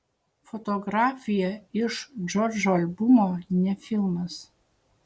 fotografija iš džordžo albumo ne filmas